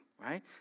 right